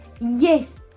yes